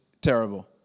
terrible